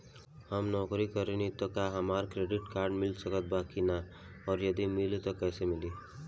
हम नौकरी करेनी त का हमरा क्रेडिट कार्ड मिल सकत बा की न और यदि मिली त कैसे मिली?